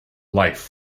life